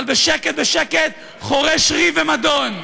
אבל בשקט בשקט חורש ריב ומדון.